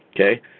Okay